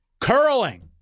curling